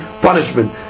punishment